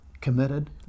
committed